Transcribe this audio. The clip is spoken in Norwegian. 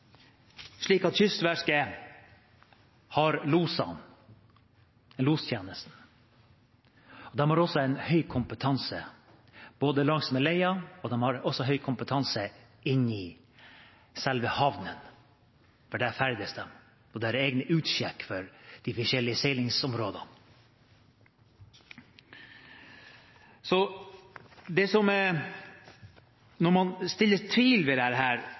slik at Kystverket har losene, en lostjeneste. De har også høy kompetanse, både langsmed leiene og inne i selve havnene, for der ferdes de, og der er det egne utsjekk for de forskjellige seilingsområdene. Når man reiser tvil